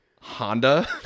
Honda